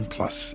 Plus